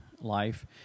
life